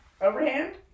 Overhand